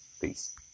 Peace